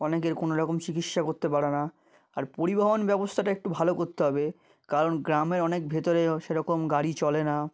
অনেকের কোনো রকম চিকিস্সা করতে পারে না আর পরিবহণ ব্যবস্থাটা একটু ভালো করতে হবে কারণ গ্রামের অনেক ভেতরেও সেরকম গাড়ি চলে না